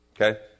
Okay